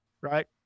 right